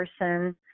person